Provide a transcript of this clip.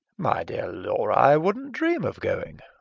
my dear laura, i wouldn't dream of going!